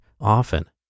often